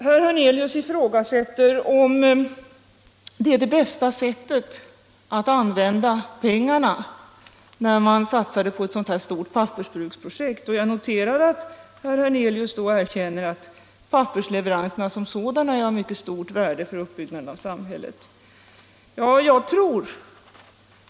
Herr Hernelius ifrågasätter om det bästa sättet att använda pengarna är att satsa på ett stort pappersbruksprojekt. Jag noterar att herr Hernelius erkänner att pappersleveranserna som sådana är av mycket stort värde för uppbyggnaden av samhället.